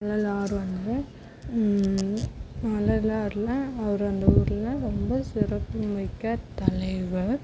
வள்ளலார் வந்து வள்ளலாரெலாம் அவரு அந்த ஊரில் ரொம்ப சிறப்பு மிக்க தலைவர்